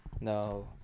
No